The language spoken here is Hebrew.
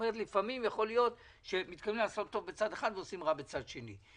לפעמים יכול להיות שמתכוונים לעשות טוב בצד אחד ועושים רע בצד שני.